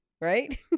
right